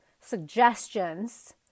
suggestions